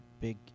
big